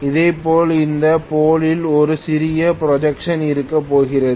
இதேபோல் இந்த போல் இல் ஒரு சிறிய புரோட்ரஷன் இருக்க போகிறது